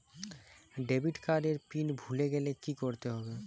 Debit card এর PIN ভুলে গেলে কি করতে হবে?